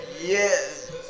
Yes